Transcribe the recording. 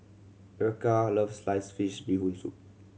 Erykah loves sliced fish Bee Hoon Soup